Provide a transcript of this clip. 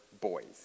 boys